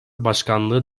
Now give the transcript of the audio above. başkanlığı